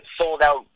sold-out